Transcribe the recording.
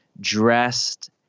dressed